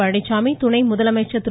பழனிச்சாமி துணை முதலமைச்சர் திரு